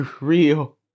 real